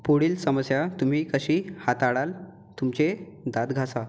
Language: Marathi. पुढील समस्या तुम्ही कशी हाताळाल तुमचे दात घासा